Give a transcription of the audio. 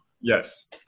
Yes